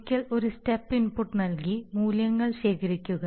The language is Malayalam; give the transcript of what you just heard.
ഒരിക്കൽ ഒരു സ്റ്റെപ്പ് ഇൻപുട്ട് നൽകി മൂല്യങ്ങൾ ശേഖരിക്കുക